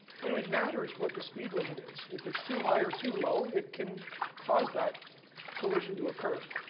you know, it matters what the speed limit is. if it's too high or too low it can cause that collision to occur.